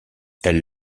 elle